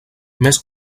més